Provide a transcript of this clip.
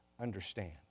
understand